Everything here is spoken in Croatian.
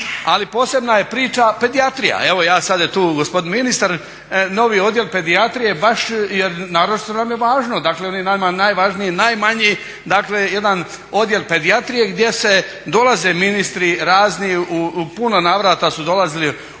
u puno navrata su dolazili